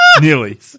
Nearly